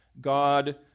God